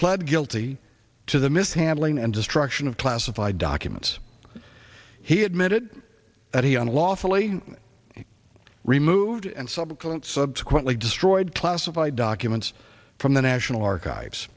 pled guilty to the mishandling and destruction of classified documents he admitted that he unlawfully removed and subsequent subsequently destroyed classified documents from the national archives